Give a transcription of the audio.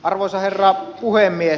arvoisa herra puhemies